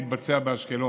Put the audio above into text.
תתבצע באשקלון.